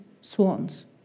swans